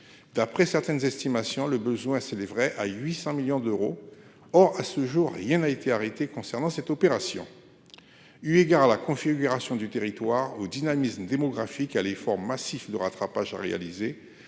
D'après certaines estimations le besoin s'élèverait à 800 millions d'euros. Or à ce jour, rien n'a été arrêté concernant cette opération. Eu égard à la configuration du territoire au dynamisme démographique a l'effort massif de rattrapage a réalisé